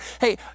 Hey